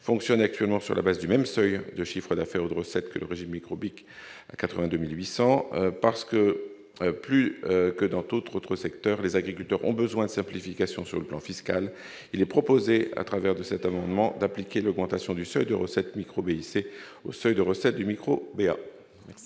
fonctionne actuellement sur la base du même seuil de chiffre d'affaires de recettes que le régime micro-BIC 82800 parce que, plus que dans tout autre autre secteur, les agriculteurs ont besoin de simplification, sur le plan fiscal, il est proposé à travers de cet amendement d'appliquer l'augmentation du seuil de recettes micro-BIC au seuil de recettes du micro. Merci,